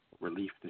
relief